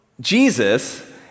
Jesus